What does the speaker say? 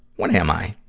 what am i?